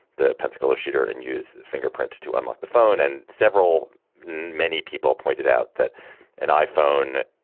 the pensacola shooter and used fingerprints to unlock the phone. and several many people pointed out that an iphone,